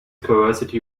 curiosity